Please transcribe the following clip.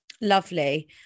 Lovely